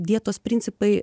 dietos principai